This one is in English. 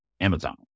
Amazon